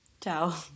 Ciao